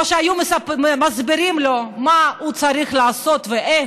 או שהיו מסבירים לו מה הוא צריך לעשות ואיך,